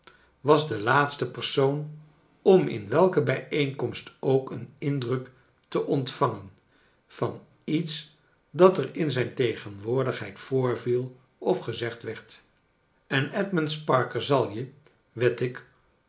was de laatste persoon om in welke bijeenkomst ook een indruk te ontvangen van iets dat er in zijn tegenwoordigheid voorviel of gezegd werd en edmund sparkler zal je wed ik